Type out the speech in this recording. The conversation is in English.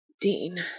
Dean